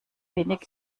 wenig